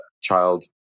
child